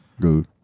Good